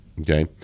Okay